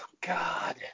God